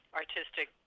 artistic